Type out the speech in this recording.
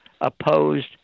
opposed